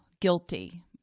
guilty